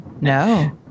No